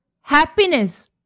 Happiness